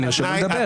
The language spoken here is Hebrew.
הם נרשמו לדבר.